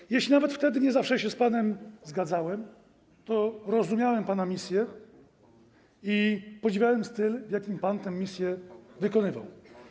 Nawet jeśli wtedy nie zawsze się z panem zgadzałem, to rozumiałem pana misję i podziwiałem styl, w jakim pan tę misję wykonywał.